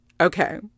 Okay